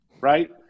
right